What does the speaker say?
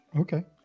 okay